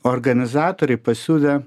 organizatoriai pasiūlė